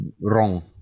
wrong